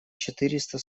четыреста